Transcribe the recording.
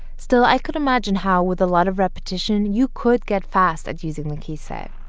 still, i could imagine how with a lot of repetition you could get fast at using the keyset